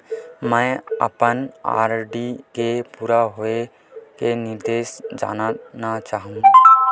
मैं अपन आर.डी के पूरा होये के निर्देश जानना चाहहु